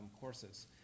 courses